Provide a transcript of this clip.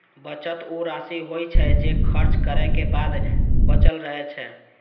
बचत ऊ राशि होइ छै, जे खर्च करै के बाद बचल रहै छै